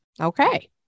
okay